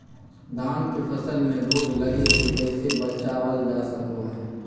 धान के फसल में रोग लगे से कैसे बचाबल जा सको हय?